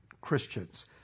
Christians